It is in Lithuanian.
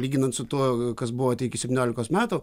lyginant su tuo kas buvot iki septyniolikos metų